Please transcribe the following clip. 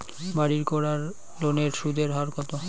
বাড়ির করার লোনের সুদের হার কত?